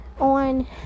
on